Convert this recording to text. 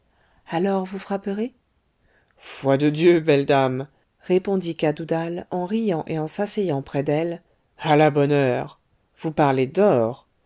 alors vous frapperez foi de dieu belle dame répondit cadoudal en riant et en s'asseyant près d'elle à la bonne heure vous parlez d'or